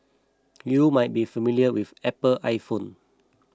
you might be familiar with Apple iPhone